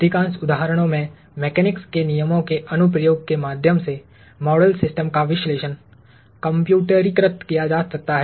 अधिकांश उदाहरणों में मेकेनिक्स के नियमों के अनुप्रयोग के माध्यम से मॉडल सिस्टम का विश्लेषण कम्प्यूटरीकृत किया जा सकता है